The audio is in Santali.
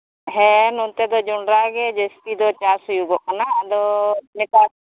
ᱦᱮᱸ ᱱᱚᱱᱛᱮ ᱫᱚ ᱡᱚᱱᱰᱨᱟ ᱜᱮ ᱡᱟᱹᱥᱛᱤ ᱫᱚ ᱪᱟᱥ ᱦᱩᱭᱩᱜᱚᱜ ᱠᱟᱱᱟ ᱟᱫᱚ ᱱᱮᱛᱟᱨ